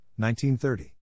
1930